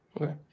okay